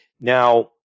Now